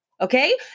Okay